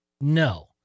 No